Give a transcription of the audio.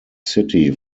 city